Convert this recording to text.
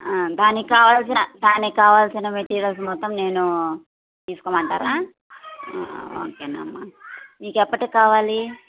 దానికి కావాల్సిన దానికి కావాల్సిన మెటీరియల్స్ మొత్తం నేను తీసుకోమంటారా ఓకేనమ్మా మీకెప్పటికి కావాలి